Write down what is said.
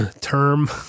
term